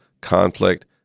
conflict